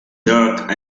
dark